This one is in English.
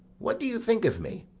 what do you think of me?